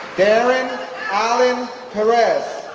darrin allen perez,